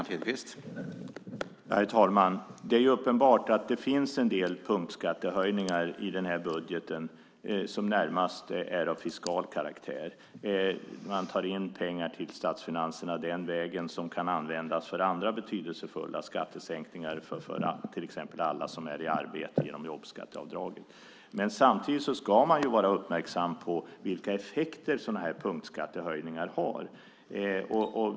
Herr talman! Det är ju uppenbart att det finns en del punktskattehöjningar i den här budgeten som närmast är av fiskal karaktär. Man tar in pengar till statsfinanserna den vägen som kan användas för andra betydelsefulla skattesänkningar, till exempel för alla som är i arbete genom jobbskatteavdraget. Samtidigt ska man vara uppmärksam på vilka effekter sådana här punktskattehöjningar har.